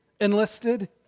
enlisted